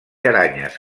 aranyes